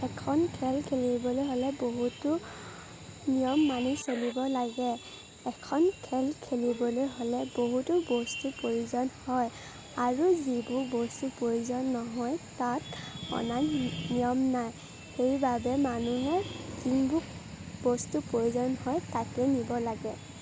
এখন খেল খেলিবলৈ হ'লে বহুতো নিয়ম মানি চলিব লাগে এখন খেল খেলিবলৈ হ'লে বহুতো বস্তু প্ৰয়োজন হয় আৰু যিবোৰ বস্তু প্ৰয়োজন নহয় তাত অনা নিয়ম নাই সেইবাবে মানুহে যোনবোৰ বস্তু প্ৰয়োজন হয় তাকেই নিব লাগে